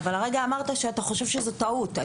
אבל הרגע אמרת שאתה חושב שזו טעות.